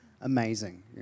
Amazing